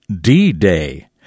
D-Day